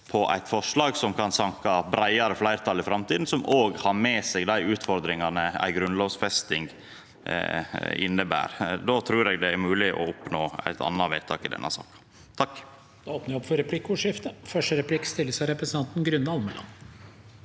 på eit forslag som sankar breiare fleirtal i framtida, og som har med seg dei utfordringane ei grunnlovfesting inneber. Då trur eg det er mogleg å oppnå eit anna vedtak i denne sal.